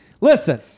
Listen